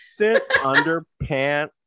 underpants